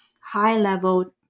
high-level